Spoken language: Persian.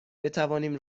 بتوانیم